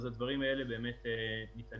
אז הדברים האלה באמת ניתנים.